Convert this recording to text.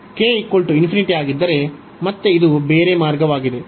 K ಆಗಿದ್ದರೆ ಮತ್ತೆ ಇದು ಬೇರೆ ಮಾರ್ಗವಾಗಿದೆ